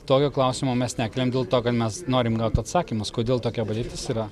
tokio klausimo mes nekeliam dėl to kad mes norim gauti atsakymus kodėl tokia padėtis yra